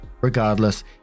Regardless